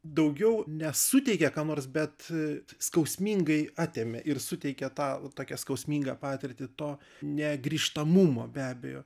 daugiau ne suteikė ką nors bet skausmingai atėmė ir suteikė tą tokią skausmingą patirtį to negrįžtamumo be abejo